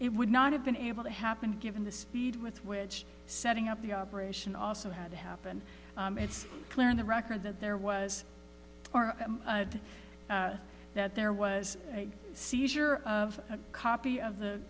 it would not have been able to happen given the speed with which setting up the operation also had happened it's clear in the record that there was that there was a seizure of a copy of the